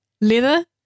leather